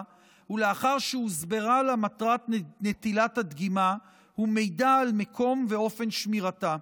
ולאחר שהוסברו לה מטרת נטילת הדגימה ומידע על מקום ואופן שמירתה.